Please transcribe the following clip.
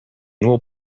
will